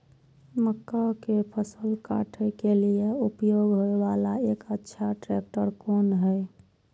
मक्का के फसल काटय के लिए उपयोग होय वाला एक अच्छा ट्रैक्टर कोन हय?